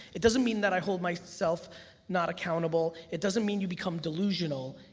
it doesn't mean that i hold myself not accountable, it doesn't mean you become delusional,